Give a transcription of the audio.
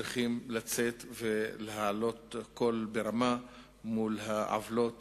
צריכים לצאת ולהשמיע קול ברמה מול העוולות